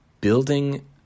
building